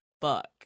fuck